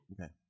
Okay